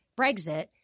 Brexit